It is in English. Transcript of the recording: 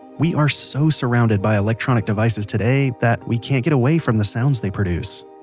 we are so surrounded by electronic devices today that we can't get away from the sounds they produce.